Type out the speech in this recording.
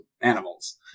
animals